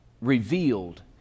revealed